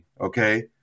Okay